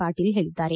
ಪಾಟೀಲ್ ಹೇಳಿದ್ದಾರೆ